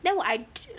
then 我 I